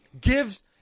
gives